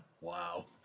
Wow